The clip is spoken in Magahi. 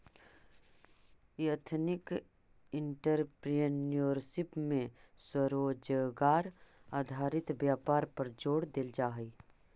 एथनिक एंटरप्रेन्योरशिप में स्वरोजगार आधारित व्यापार पर जोड़ देल जा हई